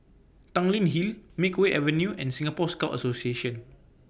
Tanglin Hill Makeway Avenue and Singapore Scout Association